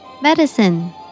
Medicine